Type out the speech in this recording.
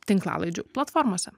tinklalaidžių platformose